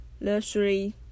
luxury